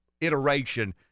iteration